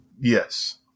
Yes